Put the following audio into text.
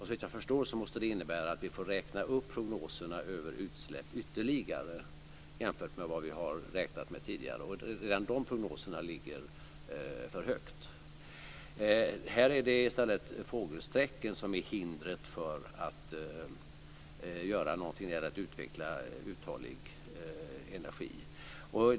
Såvitt jag förstår måste det innebära att vi får räkna upp prognoserna över utsläpp ytterligare jämfört med vad vi har räknat med tidigare. Och redan de prognoserna ligger för högt. Här är det i stället fågelsträcken som är hindret för att göra något när det gäller att utveckla uthållig energi.